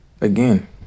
again